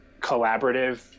collaborative